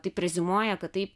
taip reziumuoja kad taip